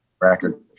record